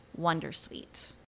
wondersuite